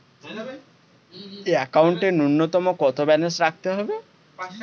একাউন্টে নূন্যতম কত ব্যালেন্স রাখতে হবে?